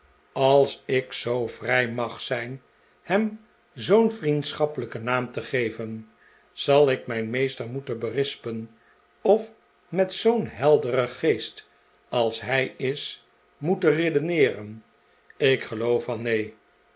als ik zoo vrij mag zijn hem zoo'n vriendschappelijken naam te geven zal ik mijn meester moeten berispen of met zoo'n helderen geest als hij is moeten redeneeren ik geloof van neen